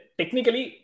technically